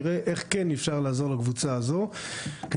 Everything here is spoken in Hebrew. נראה איך כן אפשר לעזור לקבוצה הזאת כדי